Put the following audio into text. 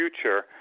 future